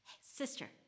sister